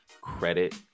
credit